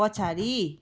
पछाडि